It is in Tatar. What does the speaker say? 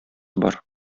бар